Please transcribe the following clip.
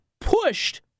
pushed